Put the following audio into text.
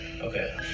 Okay